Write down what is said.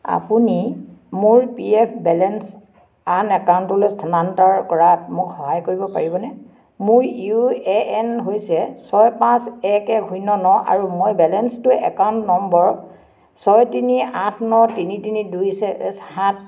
আপুনি মোৰ P F balance আন একাউণ্টলৈ স্থানান্তৰ কৰাত মোক সহায় কৰিব পাৰিবনে মোৰ ইউ এ এন হৈছে ছয় পাঁচ এক এক শূন্য ন আৰু মই বেলেন্সটো একাউণ্ট নম্বৰ ছয় তিনি আঠ ন তিনি তিনি দুই চা সাত